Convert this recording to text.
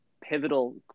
pivotal